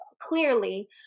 clearly